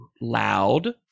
loud